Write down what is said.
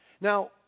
Now